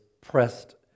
pressed